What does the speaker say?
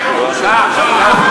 תפסיקו כבר.